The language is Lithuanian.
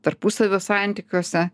tarpusavio santykiuose